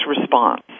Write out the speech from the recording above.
response